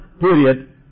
period